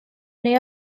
neu